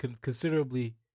considerably